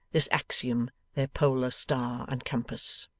this axiom their polar star and compass.